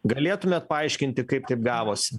galėtumėt paaiškinti kaip taip gavosi